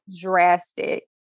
drastic